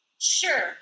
Sure